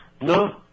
No